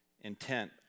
intent